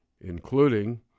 including